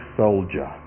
soldier